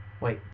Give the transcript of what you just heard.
Wait